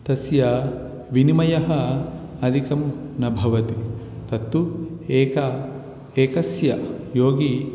तस्य विनिमयः अधिकं न भवति तत्तु एकः एकस्य योगी